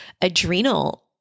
adrenal